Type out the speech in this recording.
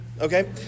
okay